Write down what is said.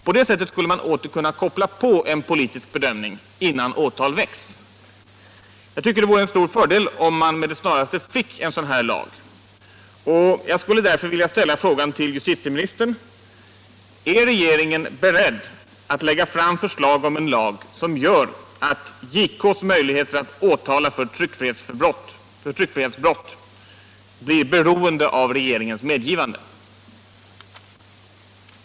På det sättet skulle man åter kunna koppla på en politisk bedömning innan åtal väcks. Jag tycker det vore en stor fördel om vi med det snaraste fick en sådan här lag, och jag vill därför fråga justitieminister Romanus: Är regeringen beredd att lägga fram förslag om en lag som gör justitiekanslerns möjligheter att åtala för tryckfrihetsbrott beroende av regeringens medgivande?